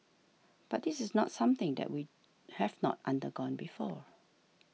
but this is not something that we have not undergone before